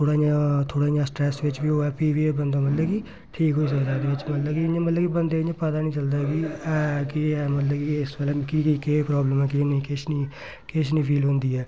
थोह्ड़ा इ'यां थोह्ड़ा इ'यां स्ट्रैस बिच्च बी होऐ फ्ही बी एह् बंदा मतलब कि ठीक होई सकदा एह्दे बिच्च मतलब कि इ'यां मतलब कि बंदे गी इ'यां पता नी चलदा ऐ कि ऐ केह् हे मतलब कि इस बेल्लै मिकी केह् प्रॉबल्म ऐ केह् नेईं किश नी किश नी फील होंदी ऐ